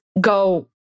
go